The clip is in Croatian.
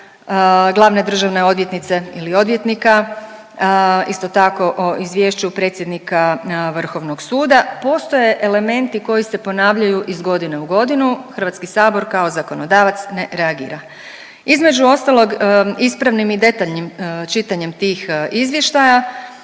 glavne državne odvjetnice ili odvjetnika, isto tako o izvješću predsjednika Vrhovnog suda. Postoje elementi koji se ponavljaju iz godine u godinu, HS kao zakonodavac ne reagira. Između ostalog ispravnim i detaljnim čitanjem tih izvještaja